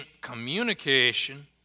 communication